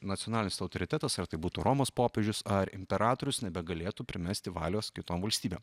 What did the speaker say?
nacionalinis autoritetas ar tai būtų romos popiežius ar imperatorius nebegalėtų primesti valios kitom valstybėm